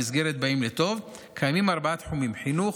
במסגרת "באים לטוב" קיימים ארבעה תחומים: חינוך,